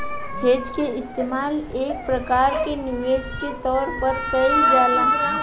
hedge के इस्तेमाल एक प्रकार के निवेश के तौर पर कईल जाला